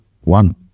one